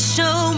show